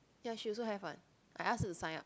ya she also have what I ask her to sign up